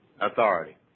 authority